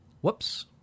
Whoops